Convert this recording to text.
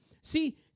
See